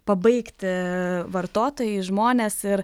pabaigti vartotojai žmonės ir